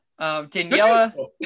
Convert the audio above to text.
Daniela